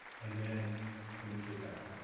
and then things get better.